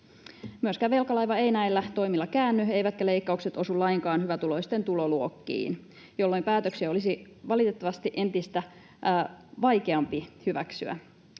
Myöskään velkalaiva ei näillä toimilla käänny, eivätkä leikkaukset osu lainkaan hyvätuloisten tuloluokkiin, jolloin päätöksiä olisi valitettavasti entistä vaikeampi hyväksyä.